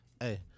Hey